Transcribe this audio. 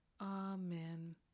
amen